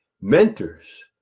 mentors